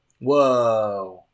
Whoa